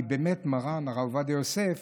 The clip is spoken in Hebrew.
כי באמת מר"ן הרב עובדיה יוסף